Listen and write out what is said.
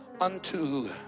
unto